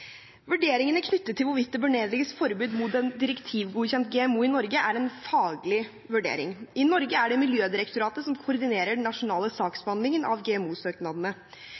Vurderingene knyttet til hvorvidt det bør nedlegges forbud mot en direktivgodkjent GMO i Norge, er en faglig vurdering. I Norge er det Miljødirektoratet som koordinerer den nasjonale saksbehandlingen av